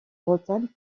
bretagne